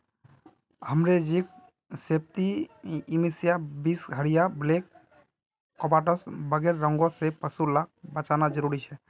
haemorrhagic septicaemia, बीसहरिया, black quarters वगैरह रोगों से पशु लाक बचाना ज़रूरी छे